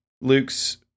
Luke's